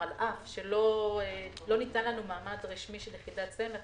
על אף שלא ניתן לנו מעמד רשמי של יחידת סמך,